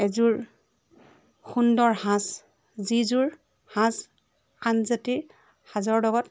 এযোৰ সুন্দৰ সাজ যিযোৰ সাজ আন জাতিৰ সাজৰ লগত